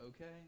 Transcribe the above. okay